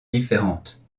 différente